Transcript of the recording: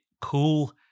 cool